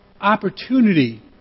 opportunity